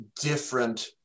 different